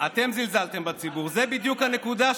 אתם זלזלתם בציבור, זו בדיוק הנקודה.